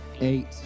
Eight